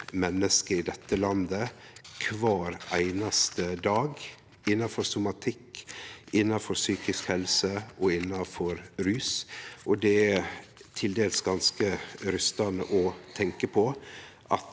menneske i dette landet kvar einaste dag – innanfor somatikk, innanfor psykisk helse og innanfor rus. Det er til dels ganske skremmande å tenkje på at